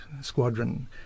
Squadron